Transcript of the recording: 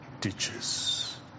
ditches